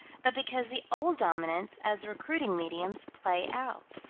but because the old dominants, as recruiting mediums, play out.